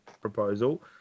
proposal